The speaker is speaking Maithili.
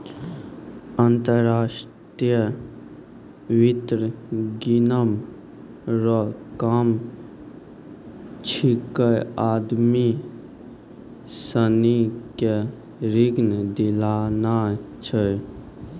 अंतर्राष्ट्रीय वित्त निगम रो काम छिकै आदमी सनी के ऋण दिलाना छै